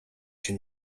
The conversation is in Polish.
się